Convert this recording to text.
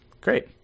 Great